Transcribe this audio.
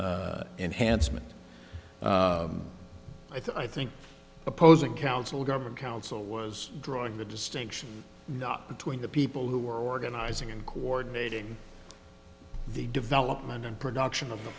enhancement i think opposing counsel government counsel was drawing the distinction not between the people who were organizing and coordinating the development and production of the